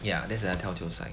ya that's another telltale sign